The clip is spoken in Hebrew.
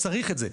צריך את זה,